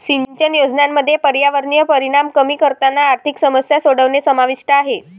सिंचन योजनांमध्ये पर्यावरणीय परिणाम कमी करताना आर्थिक समस्या सोडवणे समाविष्ट आहे